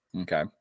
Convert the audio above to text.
Okay